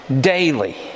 daily